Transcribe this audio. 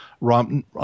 Rom